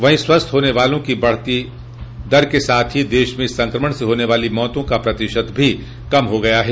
वहीं स्वस्थ होने वालों की बढती दर के साथ ही देश में इस संक्रमण से होने वाली मौतों का प्रतिशत भी कम हो गया है